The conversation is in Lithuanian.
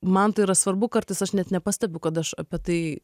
man tai yra svarbu kartais aš net nepastebiu kad aš apie tai